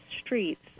streets